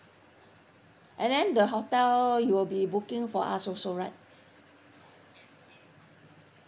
and then the hotel you will be booking for us also right